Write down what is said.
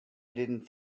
didn’t